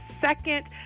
second